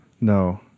No